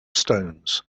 stones